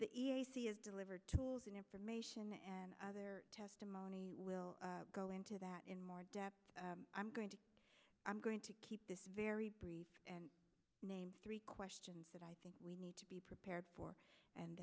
c is delivered tools and information and other testimony will go into that in more depth i'm going to i'm going to keep this very brief and name three questions that i think we need to be prepared for and